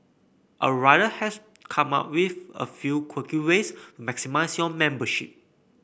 our writer has come up with a few quirky ways to maximise your membership